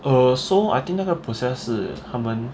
err so I think 那个 process 是他们